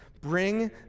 Bring